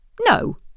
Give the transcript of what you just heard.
No